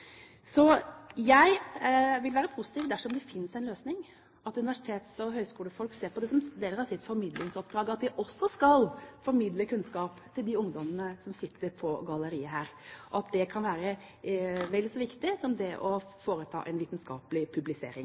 Jeg vil være positiv dersom det finnes en løsning, slik at universitets- og høyskolefolk ser på det som en del av sitt formidlingsoppdrag at de også skal formidle kunnskap til de ungdommene som sitter på galleriet her, og at det kan være vel så viktig som det å foreta en vitenskapelig publisering.